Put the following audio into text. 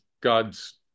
God's